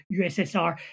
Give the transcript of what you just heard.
USSR